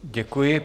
Děkuji.